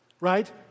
right